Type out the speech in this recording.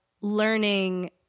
learning